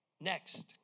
Next